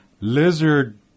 lizard